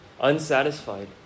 unsatisfied